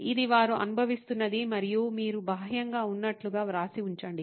ఇది వారు అనుభవిస్తున్నది మరియు మీరు బాహ్యంగా ఉన్నట్లుగా వ్రాసి ఉంచండి